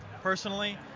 personally